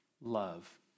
love